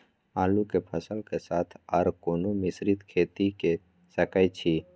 आलू के फसल के साथ आर कोनो मिश्रित खेती के सकैछि?